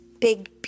big